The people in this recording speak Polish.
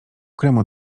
kremu